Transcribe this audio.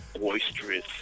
Boisterous